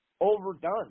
overdone